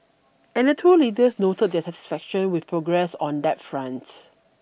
and the two leaders noted their satisfaction with progress on that front